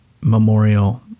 Memorial